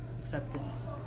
acceptance